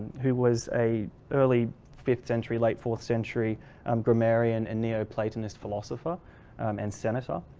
who was a early fifth century late fourth century um grammarian and neoplatonist philosopher and senator.